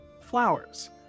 flowers